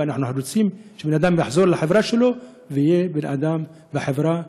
ואנחנו רוצים שיחזור לחברה שלו ויהיה בן-אדם בחברה,